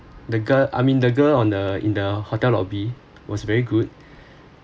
the girl I mean the girl on the in the hotel lobby was very good